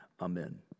Amen